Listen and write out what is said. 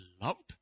loved